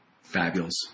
Fabulous